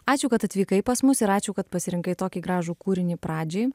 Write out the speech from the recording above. ačiū kad atvykai pas mus ir ačiū kad pasirinkai tokį gražų kūrinį pradžiai